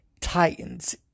Titans